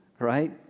right